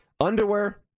underwear